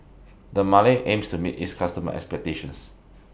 Dermale aims to meet its customer expectations